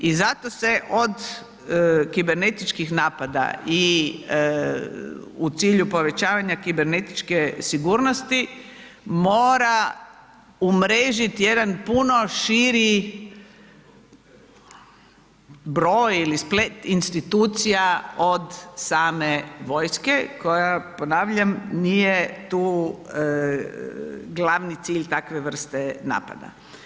I zato se od kibernetičkih napada i u cilju povećavanja kibernetičke sigurnosti mora umrežiti jedan puno širi broj ili splet institucija od same vojske koja, ponavljam, nije tu glavni cilj takve vrste napada.